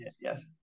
Yes